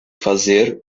fazer